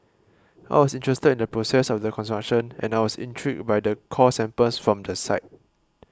I was interested in the process of the construction and I was intrigued by the core samples from the site